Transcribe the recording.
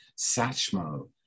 Satchmo